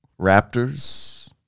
Raptors